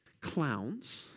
clowns